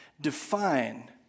define